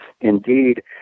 Indeed